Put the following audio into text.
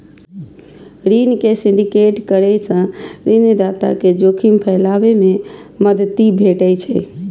ऋण के सिंडिकेट करै सं ऋणदाता कें जोखिम फैलाबै मे मदति भेटै छै